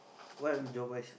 what